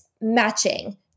matching